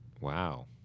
Wow